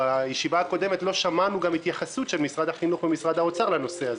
בישיבה הקודמת לא שמענו התייחסות של משרד החינוך ומשרד האוצר לנושא הזה.